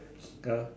ya